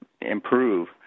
improve